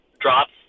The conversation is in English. drops